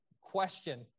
question